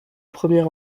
premier